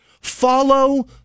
Follow